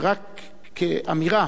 רק רגע,